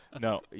no